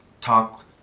talk